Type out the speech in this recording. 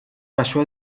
pasó